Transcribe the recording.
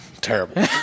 terrible